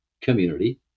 community